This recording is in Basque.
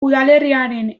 udalerriaren